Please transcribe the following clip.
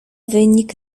wynik